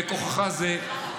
בכוחך זה,